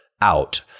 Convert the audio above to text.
out